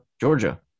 Georgia